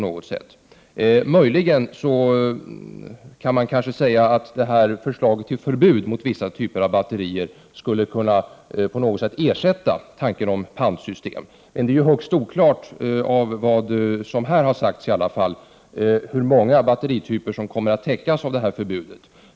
1EAEE « IK märk: Möjligen kan man säga att förslaget till förbud mot vissa typer av batterier ör ev miljöfarliga atterier skulle kunna ersätta ett pantsystem. Men det framgår inte av miljöministerns inlägg hur många batterityper som kommer att täckas av detta förbud.